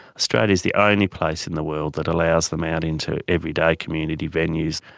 australia is the only place in the world that allows them out into everyday community venues.